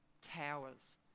towers